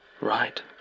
Right